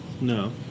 No